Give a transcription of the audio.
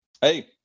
Hey